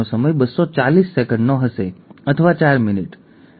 તે public health genomics માં પ્રકાશિત થયું હતું